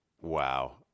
Wow